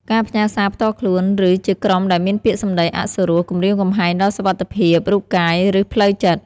ការផ្ញើសារផ្ទាល់ខ្លួន ឬជាក្រុមដែលមានពាក្យសម្ដីអសុរោះ គំរាមកំហែងដល់សុវត្ថិភាពរូបកាយ ឬផ្លូវចិត្ត។